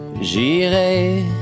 J'irai